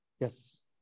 Yes